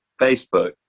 Facebook